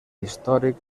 històric